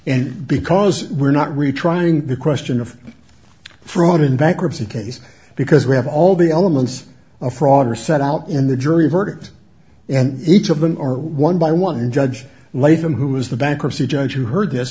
and because we're not retrying the question of fraud in bankruptcy case because we have all the elements of fraud are set out in the jury verdict and each of them or one by one judge let them who was the bankruptcy judge you heard th